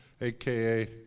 aka